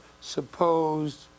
supposed